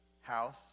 house